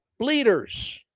bleeders